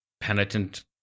penitent